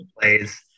plays